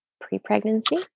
pre-pregnancy